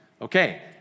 Okay